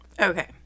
Okay